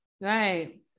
Right